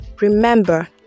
remember